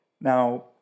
Now